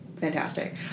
fantastic